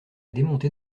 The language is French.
démontée